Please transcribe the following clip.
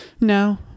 No